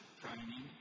training